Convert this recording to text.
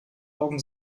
augen